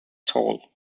tall